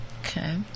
Okay